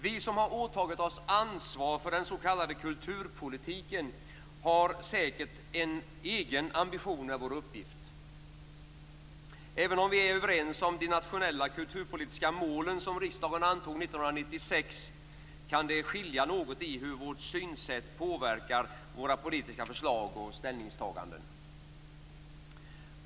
Vi som har åtagit oss ansvar för den s.k. kulturpolitiken har säkert en egen ambition med vår uppgift. Även om vi är överens om de nationella kulturpolitiska målen, som riksdagen antog år 1996, kan det skilja något i hur vårt synsätt påverkar våra politiska förslag och ställningstaganden.